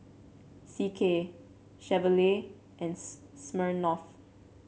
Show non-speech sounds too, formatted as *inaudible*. C K Chevrolet and *unintelligible* Smirnoff